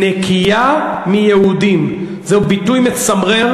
"נקייה מיהודים" זהו ביטוי מצמרר,